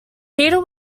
peter